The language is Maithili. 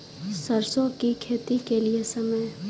सरसों की खेती के लिए समय?